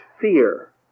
fear